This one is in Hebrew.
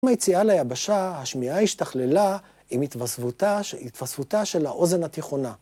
כמו היציאה ליבשה, השמיעה השתכללה עם התווספותה של האוזן התיכונה.